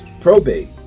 probate